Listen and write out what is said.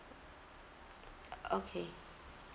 okay